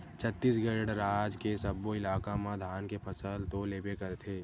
छत्तीसगढ़ राज के सब्बो इलाका म धान के फसल तो लेबे करथे